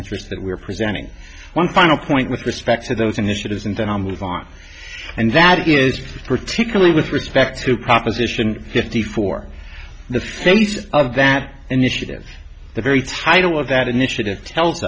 was that we're presenting one final point with respect to those initiatives and then i'll move on and that is particularly with respect to proposition fifty four the face of that initiative the very title of that initiative tel